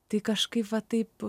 tai kažkaip va taip